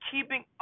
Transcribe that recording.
keeping